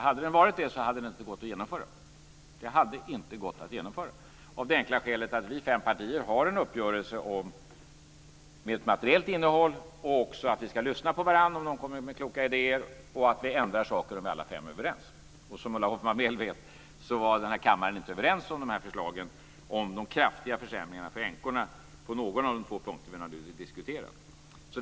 Hade det varit så, hade det inte gått att genomföra den, av det enkla skälet att vi fem partier har en uppgörelse med ett materiellt innehåll och även om att vi ska lyssna på varandra, om någon kommer med kloka idéer liksom om att vi ska ändra saker om alla fem är överens. Som Ulla Hoffmann mycket väl vet var kammaren inte överens om de här förslagen om de kraftiga försämringarna för änkorna på någon av de två punkter som diskuterades.